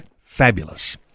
Fabulous